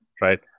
right